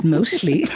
Mostly